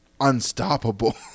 unstoppable